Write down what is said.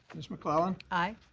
ms. mcclellan. aye.